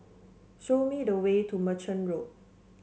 show me the way to Merchant Road